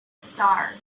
star